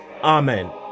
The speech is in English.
Amen